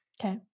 Okay